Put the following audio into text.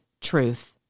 truth